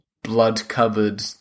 blood-covered